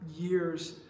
years